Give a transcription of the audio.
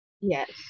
Yes